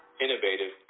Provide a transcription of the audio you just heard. innovative